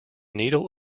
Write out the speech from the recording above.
needle